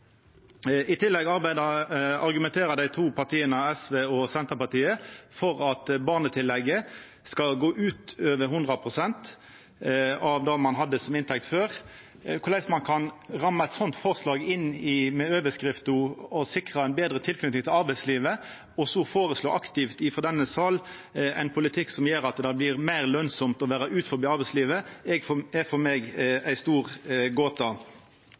I tillegg argumenterer dei to partia SV og Senterpartiet for at barnetillegget skal gå utover 100 pst. av det ein hadde i inntekt før. Korleis ein kan ramma inn eit slikt forslag med ei overskrift om at ein vil sikra ei betre tilknyting til arbeidslivet, og så føreslå aktivt i denne salen ein politikk som gjer at det blir meir lønsamt å vera utanfor arbeidslivet, er for meg ei stor gåte.